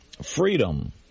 Freedom